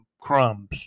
Crumbs